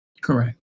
Correct